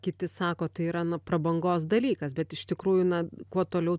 kiti sako tai yra na prabangos dalykas bet iš tikrųjų na kuo toliau